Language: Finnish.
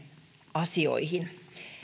asioihin